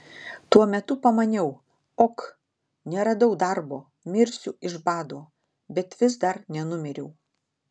tuo metu pamaniau ok neradau darbo mirsiu iš bado bet vis dar nenumiriau